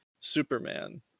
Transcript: Superman